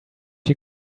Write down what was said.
you